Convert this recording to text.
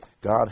God